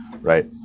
Right